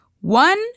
One